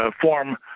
form